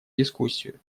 дискуссию